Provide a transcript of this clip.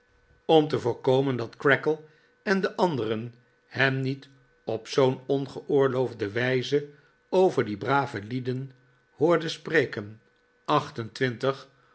om te voorkomen dat creakle en de anderen hem niet op zoo'n ongeoorloofde wijze over die brave lieden hoorden spreken